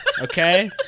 Okay